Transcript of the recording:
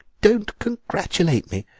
don't congratulate me.